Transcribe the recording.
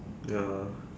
ya